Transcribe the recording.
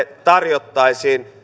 tarjottaisiin